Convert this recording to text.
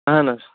اَہَن حظ